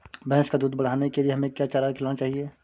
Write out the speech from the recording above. भैंस का दूध बढ़ाने के लिए हमें क्या चारा खिलाना चाहिए?